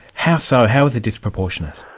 how so? how was it disproportionate?